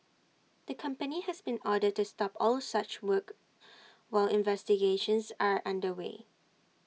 the company has been ordered to stop all such work while investigations are under way